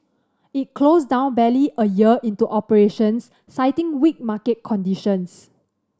it closed down barely a year into operations citing weak market conditions